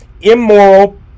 immoral